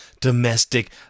domestic